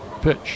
Pitch